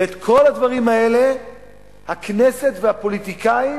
ואת כל הדברים האלה הכנסת והפוליטיקאים